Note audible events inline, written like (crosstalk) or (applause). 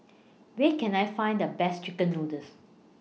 Where Can I Find The Best Chicken (noise) Noodles